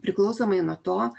priklausomai nuo to